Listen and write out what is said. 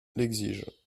l’exige